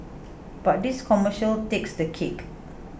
but this commercial takes the cake